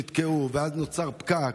אנשים נתקעו ואז נוצר פקק,